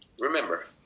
remember